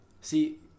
See